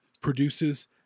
produces